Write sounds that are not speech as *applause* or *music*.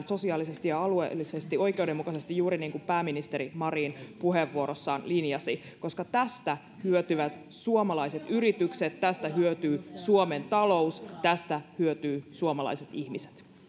*unintelligible* sosiaalisesti ja alueellisesti oikeudenmukaisesti juuri niin kuin pääministeri marin puheenvuorossaan linjasi koska tästä hyötyvät suomalaiset yritykset tästä hyötyy suomen talous ja tästä hyötyvät suomalaiset ihmiset